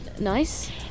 nice